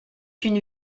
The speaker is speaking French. une